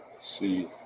see